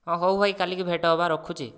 ହଁ ହେଉ ଭାଇ କାଲିକୁ ଭେଟ ହେବା ରଖୁଛି